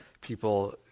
people